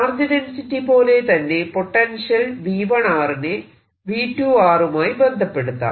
charge density പോലെ തന്നെ potential V1 നെ V2 മായി ബന്ധപ്പെടുത്താം